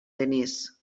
denis